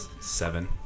Seven